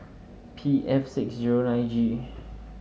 P F six zero nine G